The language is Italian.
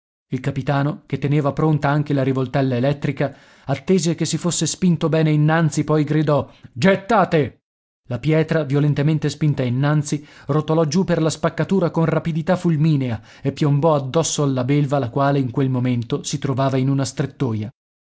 il capitano che teneva pronta anche la rivoltella elettrica attese che si fosse spinto bene innanzi poi gridò gettate la pietra violentemente spinta innanzi rotolò giù per la spaccatura con rapidità fulminea e piombò addosso alla belva la quale in quel momento si trovava in una strettoia